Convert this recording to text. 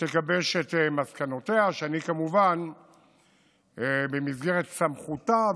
ותגבש את מסקנותיה במסגרת סמכותה,